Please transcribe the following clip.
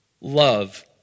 Love